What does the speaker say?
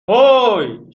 هوووی